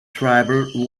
tribal